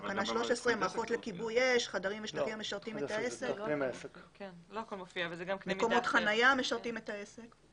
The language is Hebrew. תקנה 13. מקומות חניה המשרתים את העסק.